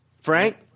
Frank